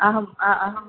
अहं अहं